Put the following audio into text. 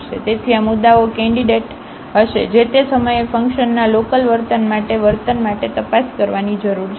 તેથી આ મુદ્દાઓ કેન્ડિડેટ હશે જે તે સમયે ફંકશનના લોકલવર્તન માટેના વર્તન માટે તપાસ કરવાની જરૂર છે